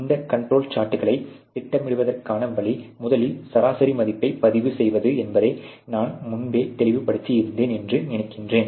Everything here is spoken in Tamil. இந்தக் கண்ட்ரோல் சார்ட்களைத் திட்டமிடுவதற்கான வழி முதலில் சராசரி மதிப்பைப் பதிவுசெய்வது என்பதை நான் முன்பே தெளிவுபடுத்தியிருந்தேன் என்று நினைக்கிறேன்